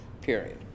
Period